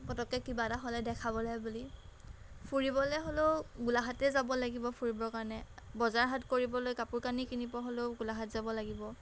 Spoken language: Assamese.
পটকে কিবা এটা হ'লে দেখাবলৈ হে বুলি ফুৰিবলৈ হ'লেও গোলাঘাটে যাব লাগিব ফুৰিবৰ কাৰণে বজাৰ হাট কৰিবলৈ কাপোৰ কানি কিনিবৰ হ'লেও গোলাঘাট যাব লাগিব